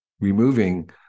removing